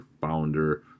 founder